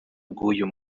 bw’uyu